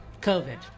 COVID